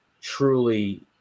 truly